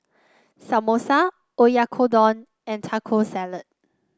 Samosa Oyakodon and Taco Salad